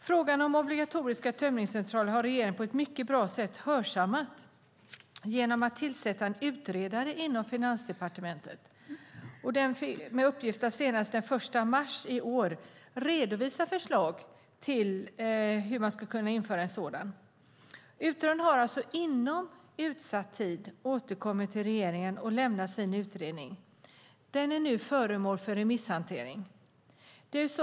Frågan om obligatoriska tömningscentraler har regeringen på ett mycket bra sätt hörsammat genom att tillsätta en utredare inom Finansdepartementet med uppgift att senast den 1 mars i år redovisa förslag på hur man ska kunna införa sådana. Utredaren har inom utsatt tid återkommit till regeringen och lämnat sin utredning. Den är nu föremål för remisshantering.